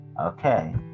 Okay